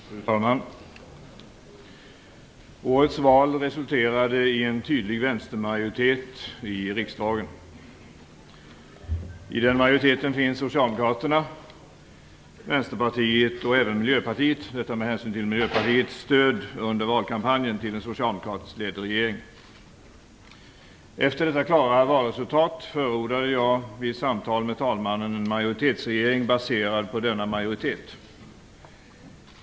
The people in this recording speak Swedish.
Fru talman! Årets val resulterade i en tydlig vänstermajoritet i riksdagen. I den majoriteten finns Miljöpartiet - detta med hänsyn till Miljöpartiets stöd under valkampanjen till en socialdemokratiskt ledd regering. Efter detta klara valresultat förordade jag vid samtal med talmannen en majoritetsregering baserad på denna majoritet.